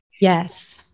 Yes